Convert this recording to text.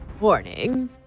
morning